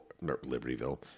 Libertyville